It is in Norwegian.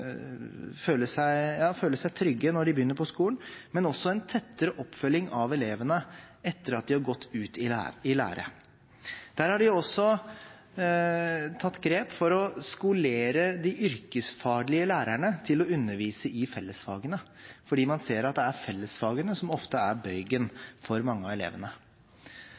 tettere oppfølging av elevene etter at de har gått ut i lære. De har også tatt grep for å skolere de yrkesfaglige lærerne til å undervise i fellesfagene, fordi man ser at det er fellesfagene som ofte er bøygen for mange av elevene.